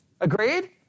Agreed